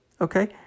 okay